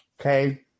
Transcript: Okay